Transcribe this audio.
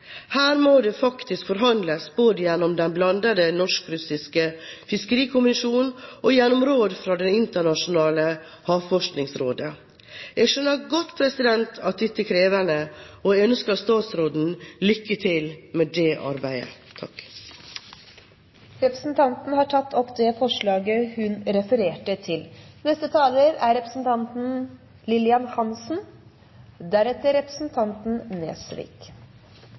Her må det faktisk forhandles, både i Den blandede norsk-russiske fiskerikommisjon og i Det internasjonale havforskningsrådet. Jeg skjønner godt at dette er krevende, og ønsker statsråden lykke til med det arbeidet. Representanten Rigmor Andersen Eide har tatt opp det forslaget hun refererte til. Det er registrert at det fra enkelte hold er